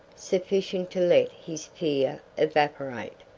sufficient to let his fear evaporate,